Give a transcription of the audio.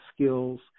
skills